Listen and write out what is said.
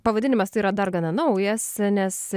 pavadinimas tai yra dar gana naujas nes